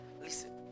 listen